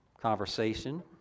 conversation